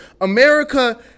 America